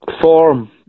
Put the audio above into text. form